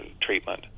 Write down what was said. treatment